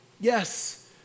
Yes